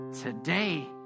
today